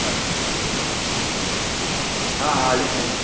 नासी कलर हा ओके हा हा हले हले